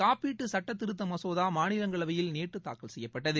காப்பீட்டு சட்ட திருத்த மதோசா மாநிலங்களவையில் நேற்று தாக்கல் செய்யப்பட்டது